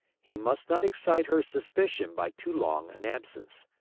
he must not excite her suspicion by too long an absence.